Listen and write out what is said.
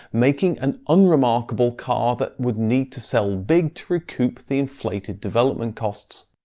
making an unremarkable car that would need to sell big to recoup the inflated development costs.